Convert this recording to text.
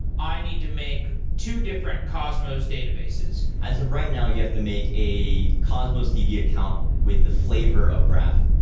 i need to make two different cosmos databases as of right now, you have to make a cosmos db account with the flavor of graph.